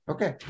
Okay